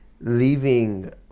leaving